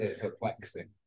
perplexing